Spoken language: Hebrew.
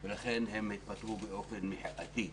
לכן הם התפטרו באופן מחאתי,